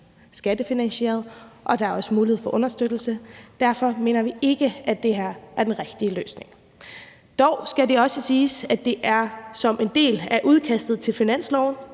uddannelser, og der er også mulighed for understøttelse, og derfor mener vi ikke, at det her er den rigtige løsning. Dog skal det også siges, at det er som en del af udkastet til finansloven,